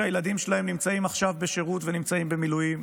שהילדים שלהם נמצאים עכשיו בשירות ונמצאים במילואים?